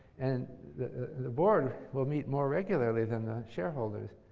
and the the board will meet more regularly than the shareholders.